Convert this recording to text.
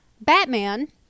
Batman